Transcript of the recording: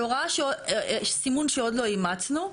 על הוראה, סימון שעוד לא אימצנו.